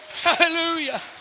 Hallelujah